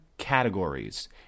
categories